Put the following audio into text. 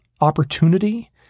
opportunity